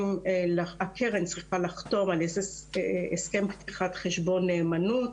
הקרן צריכה לחתום על הסכם פתיחת חשבון נאמנות